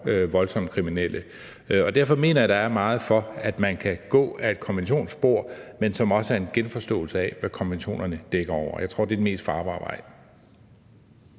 voldsomt kriminelle. Derfor mener jeg, at der er meget, der taler for, at man kan gå ad et konventionsspor, men også får en genforståelse af, hvad konventionerne dækker over. Jeg tror, det er den mest farbare vej.